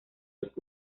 sus